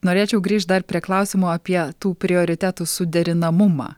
norėčiau grįžt dar prie klausimo apie tų prioritetų suderinamumą